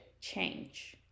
change